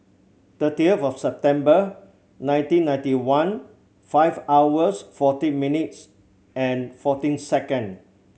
thirty of September nineteen ninety one five hours forty minutes and fourteen second